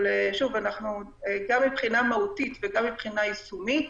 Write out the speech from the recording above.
שוב, גם מבחינה מהותית וגם מבחינה יישומית,